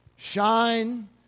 Shine